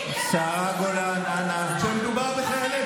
אנחנו כבר רפובליקת